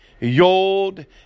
Yod